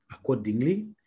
accordingly